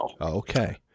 Okay